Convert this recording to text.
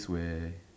it's where